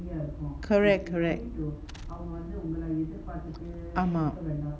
correct correct அமா:ama